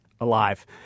alive